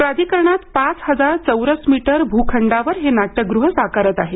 प्राधिकरणात पाच हजार चौरस मीटर भूखंडावर हे नाट्यगृह साकारत आहे